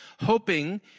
hoping